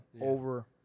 over